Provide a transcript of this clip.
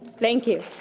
thank you.